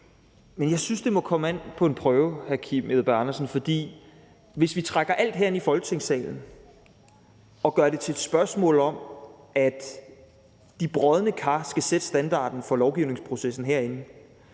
(S): Jeg synes, at det må komme an på en prøve, hr. Kim Edberg Andersen. For hvis vi trækker alt herind i Folketingssalen og gør det til et spørgsmål om, at de brodne kar skal sætte standarden for lovgivningsprocessen herinde,